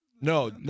no